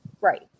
Right